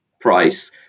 price